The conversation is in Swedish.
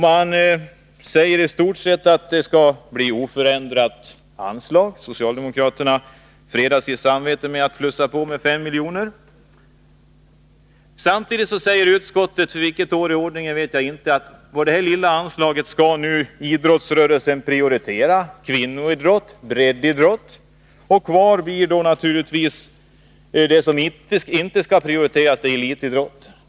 Man säger att det i stort sett skall bli oförändrat anslag. Socialdemokraterna fredar sitt samvete med att plussa på med 5 miljoner. Samtidigt säger utskottet, för vilket år i ordningen vet jag inte, att idrottsrörelsen nu skall inom det här lilla anslaget prioritera kvinnoidrott och breddidrott. Kvar blir naturligtvis det som inte skall prioriteras — elitidrott.